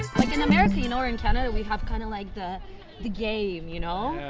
in america, you know or in canada we have kind of like the the game, you know,